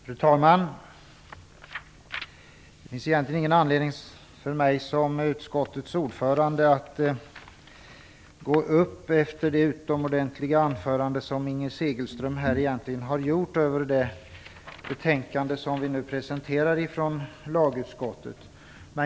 Fru talman! Det finns egentligen ingen anledning för mig att gå upp efter Inger Segelströms utomordentliga anförande över det betänkande som vi nu presenterar från lagutskottet.